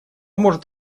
может